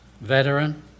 veteran